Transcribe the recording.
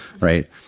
Right